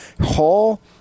Hall